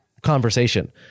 conversation